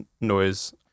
noise